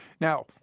Now